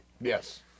Yes